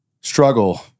struggle